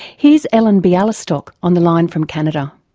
here's ellen bialystok on the line from canada.